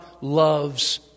loves